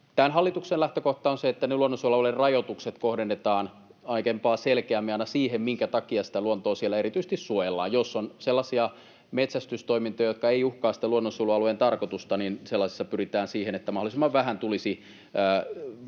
hallituksen lähtökohta on se, että ne luonnonsuojelualuerajoitukset kohdennetaan aiempaa selkeämmin aina siihen, minkä takia sitä luontoa siellä erityisesti suojellaan. Jos on sellaisia metsästystoimintoja, jotka eivät uhkaa sitä luonnonsuojelualueen tarkoitusta, niin sellaisessa pyritään siihen, että mahdollisimman vähän tulisi sellaista